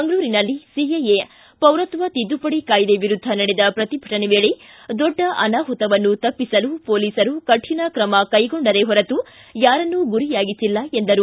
ಮಂಗಳೂರಿನಲ್ಲಿ ಸಿಎಎ ಪೌರತ್ವ ಶಿದ್ದುಪಡಿ ಕಾಯ್ದೆ ವಿರುದ್ದ ನಡೆದ ಪ್ರತಿಭಟನೆ ವೇಳೆ ದೊಡ್ಡ ಅನಾಹುತವನ್ನು ತಪ್ಪಿಸಲು ಮೊಲೀಸ್ರು ಕಠಿಣ ಕ್ರಮ ಕೈಗೊಂಡರೆ ಹೊರತು ಯಾರನ್ನೂ ಗುರಿಯಾಗಿಸಿಲ್ಲ ಎಂದರು